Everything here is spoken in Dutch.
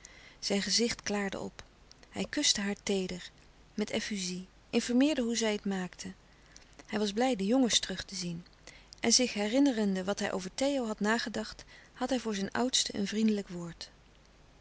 zijn gezicht klaarde op hij kuste haar teeder met effuzie informeerde hoe zij het maakte hij was blij de jongens terug te zien en zich herinnerende wat hij over theo had nagedacht had hij voor zijn oudste een vriendelijk woord